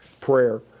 prayer